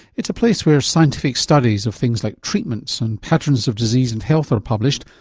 it's a place where scientific studies of things like treatments and patterns of disease and health are published,